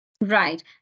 Right